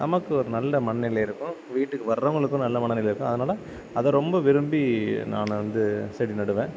நமக்கு ஒரு நல்ல மனநிலை இருக்கும் வீட்டுக்கு வர்றவங்களுக்கும் நல்ல மனநிலை இருக்கும் அதனால அத ரொம்ப விரும்பி நானு வந்து செடி நடுவேன்